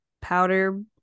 powder